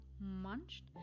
munched